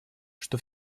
что